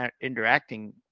interacting